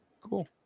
Cool